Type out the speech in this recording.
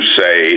say